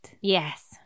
Yes